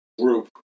group